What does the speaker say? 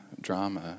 drama